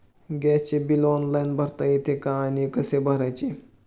गॅसचे bill online भरता येते का आणि कसे भरायचे?